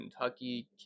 Kentucky